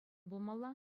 пулмалла